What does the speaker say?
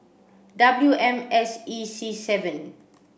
W M S E C seven